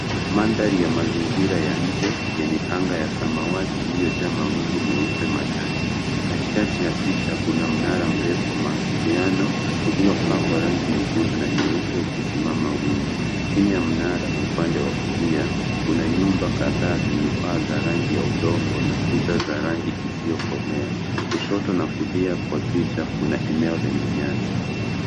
Mandhari ya mazingira ya nje, yenye anga ya samawati iliyojaa mawingu meupe machache. Katikati ya picha kuna mnara mrefu wa mawasiliano, uliopakwa rangi nyekundu na nyeupe ukisimama wima. Chini ya mnara na upande wa kulia, kuna nyumba kadhaa zenye paa za rangi ya udongo, na kuna kuta za rangi isiyokolea. Kushoto na kulia kwa picha kuna eneo lenye nyasi.